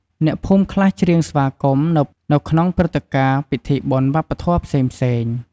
អ្នកភូមិខ្លះច្រៀងស្វាគមន៍ នៅក្នុងព្រឹត្តិការណ៍ពិធីបុណ្យវប្បធម៌ផ្សេងៗ។